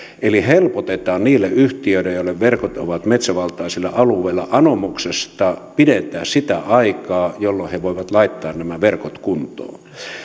eli helpotetaan niitä yhtiöitä joiden verkot ovat metsävaltaisilla alueilla anomuksesta pidennetään sitä aikaa jolloin he voivat laittaa nämä verkot kuntoon